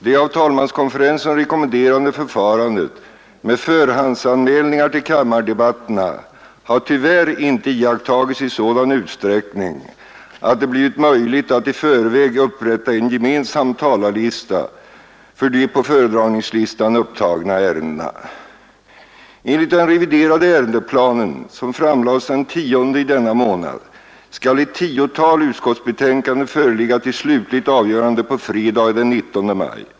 Det av talmanskonferensen rekommenderade förfarandet med förhandsanmälningar till kammardebatterna har tyvärr inte iakttagits i sådan utsträckning att det blivit möjligt att i förväg upprätta en gemensam talarlista för de på föredragningslistan upptagna ärendena. Enligt den reviderade ärendeplan som framlades den 10 i denna månad skall ett tiotal utskottsbetänkanden föreligga till slutligt avgörande på fredag, den 19 maj.